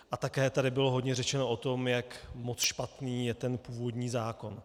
A také tady bylo hodně řečeno o tom, jak moc špatný je ten původní zákon.